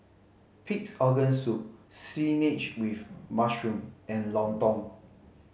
Pig's Organ Soup with mushroom and lontong